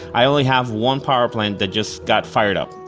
i only have one power plant that just got fired up,